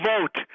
vote